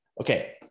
Okay